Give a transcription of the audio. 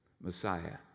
Messiah